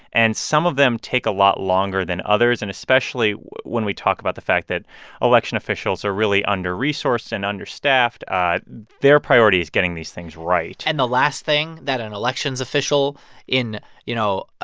and some of them take a lot longer than others. and especially when we talk about the fact that election officials are really under-resourced and ah their priority is getting these things right and the last thing that an elections official in, you know, ah